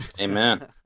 amen